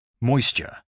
Moisture